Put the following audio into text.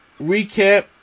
Recap